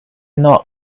not